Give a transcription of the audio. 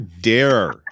dare